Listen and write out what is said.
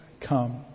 come